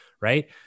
right